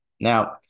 Now